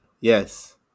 Yes